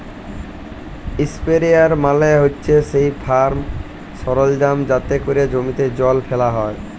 ইসপেরেয়ার মালে হছে সেই ফার্ম সরলজাম যাতে ক্যরে জমিতে জল ফ্যালা হ্যয়